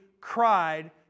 cried